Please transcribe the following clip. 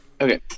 Okay